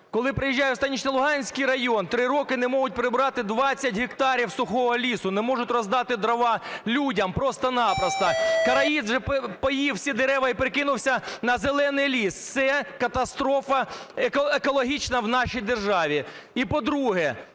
Коли я приїжджаю в Станично-Луганський район, 3 роки не можуть прибрати 20 гектарів сухого лісу, не можуть роздати дрова людям, просто-напросто. Короїд поїв всі дерева і перекинувся на зелений ліс. Це катастрофа екологічна в нашій державі.